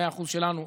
100% שלנו,